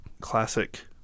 classic